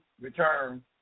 return